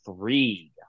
three